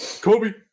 kobe